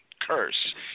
curse